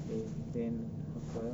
K then apa ah